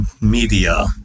media